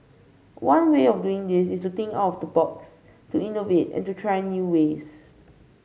one way of doing this is to think out of the box to innovate and to try new ways